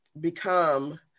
become